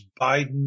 Biden